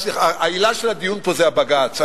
העילה של הדיון פה היא הבג"ץ,